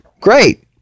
Great